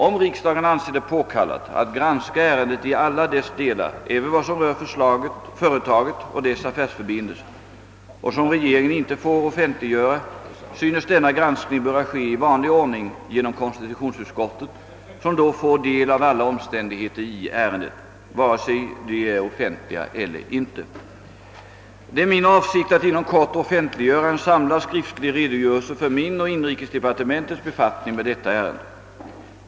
Om riksdagen anser det påkallat att granska ärendet i alla dess delar, även vad som rör företaget och dess affärsförbindelser och som regeringen inte får offentliggöra, synes denna granskning böra ske i vanlig ordning genom konstitutionsutskottet, som då får del av alla omständigheter i ärendet, vare sig de är offentliga eller inte. Det är min avsikt att inom kort offentliggöra en samlad skriftlig redogörelse för min och inrikesdepartementets befattning med detta ärende.